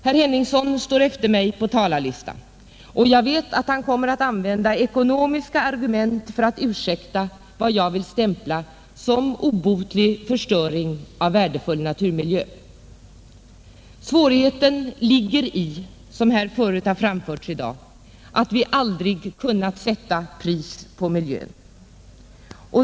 Herr Henningsson står efter mig på talarlistan, och jag vet att han kommer att använda ekonomiska argument för att ursäkta vad jag vill stämpla som obotlig förstöring av värdefull naturmiljö. Svårigheten ligger i, som det har framhållits tidigare i dag, att vi aldrig har kunnat sätta pris på miljön.